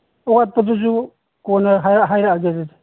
ꯑꯋꯥꯠꯄꯗꯨꯁꯨ ꯀꯣꯟꯅ ꯍꯥꯏꯔꯛꯑꯒꯦ ꯑꯗꯨꯗꯤ